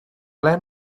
ble